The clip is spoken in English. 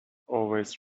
always